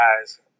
guys